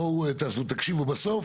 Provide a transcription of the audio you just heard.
בואו תקשיבו, בסוף,